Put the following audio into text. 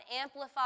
amplify